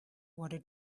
order